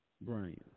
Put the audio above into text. Brian